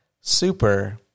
super